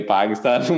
Pakistan